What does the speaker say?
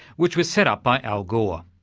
which was set up by al gore.